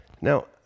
Now